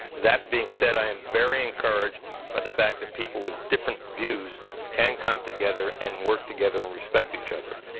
that being said, i am very encouraged by the fact that people with different views can come together and work together and respect each other.